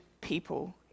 people